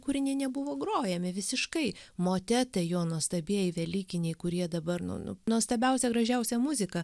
kūriniai nebuvo grojami visiškai motetai jo nuostabieji velykiniai kurie dabar nu nu nuostabiausia gražiausia muzika